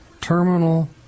Terminal